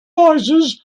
arises